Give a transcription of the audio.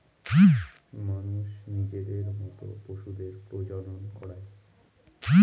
মানুষ নিজের মত পশুদের প্রজনন করায়